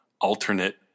alternate